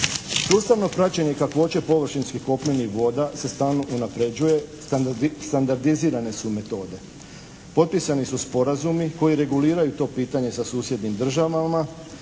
Sustavno praćenje kakvoće površinskih kopnenih voda se stalno unapređuje, standardizirane su metode, potpisani su sporazumi koji reguliraju to pitanje sa susjednim državama,